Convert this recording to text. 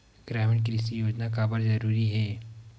ग्रामीण कृषि योजना काबर जरूरी हे?